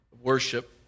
worship